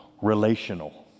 Relational